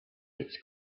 its